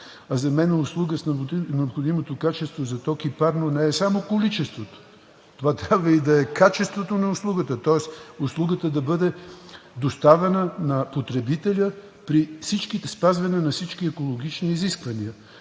За мен услуга с необходимото качество за ток и парно не е само количеството, това трябва да е и качеството на услугата, тоест услугата да бъде доставена на потребителя при спазване на всички екологични изисквания.